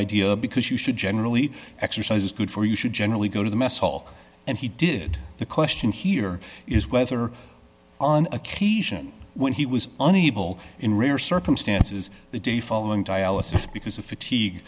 idea because you should generally exercise is good for you should generally go to the mess hall and he did the question here is whether on occasion when he was unable in rare circumstances the day following diallo because of